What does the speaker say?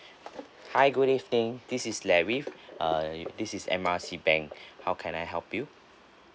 hi good evening this is larry uh this is M R C bank how can I help you